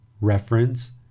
Reference